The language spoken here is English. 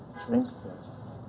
drink this,